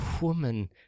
woman